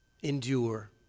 Endure